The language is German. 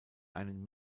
einen